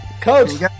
Coach